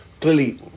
clearly